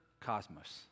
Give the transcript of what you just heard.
cosmos